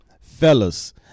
Fellas